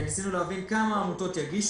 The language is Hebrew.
וניסינו להבין כמה עמותות יגישו,